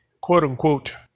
quote-unquote